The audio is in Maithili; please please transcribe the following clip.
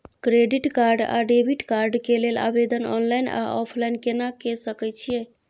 क्रेडिट कार्ड आ डेबिट कार्ड के लेल आवेदन ऑनलाइन आ ऑफलाइन केना के सकय छियै?